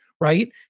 right